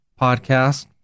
podcast